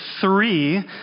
three